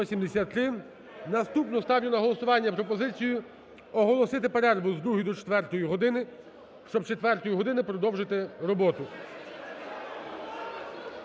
Наступну ставлю на голосування пропозицію оголосити перерву з 2 до 4 години, щоб з 4 години продовжити роботу.